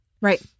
Right